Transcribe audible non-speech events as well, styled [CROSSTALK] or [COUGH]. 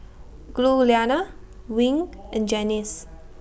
Giuliana Wing [NOISE] and Janice